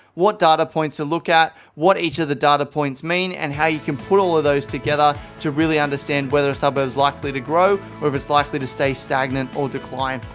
what data points to look at, what each of the data points mean and how you can put all of those together to really understand whether the suburb is likely to grow or if it's likely to stay stagnant or decline.